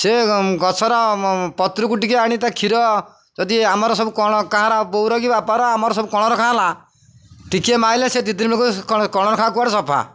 ସେ ଗଛର ପତ୍ରକୁ ଟିକେ ଆଣି ତା କ୍ଷୀର ଯଦି ଆମର ସବୁ କଣ କାହାର ପୁଅର କି ବାପାର ଆମର ସବୁ କଣର ଖାଲି ଟିକେ ମାରିଲେ ସେ ଦୁଇ ଦିିନକୁ କଣର ଘା କୁଆଡ଼େ ସଫା